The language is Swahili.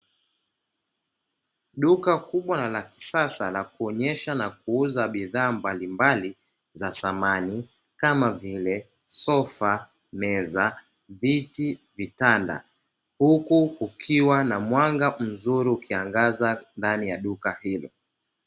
Duka kubwa na la kisasa la kuonyesha na kuuza bidhaa mbalimbali za samani kama vile: sofa, meza, viti, vitanda. Huku kukiwa na mwanga mzuri ukiangaza ndani ya duka ilo.